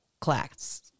class